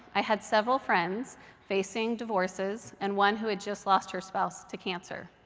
i had several friends facing divorces and one who had just lost her spouse to cancer.